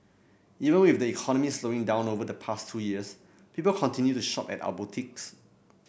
even with the economy slowing down over the past two years people continued to shop at our boutiques